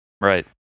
Right